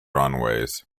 runways